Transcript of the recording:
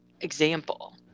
example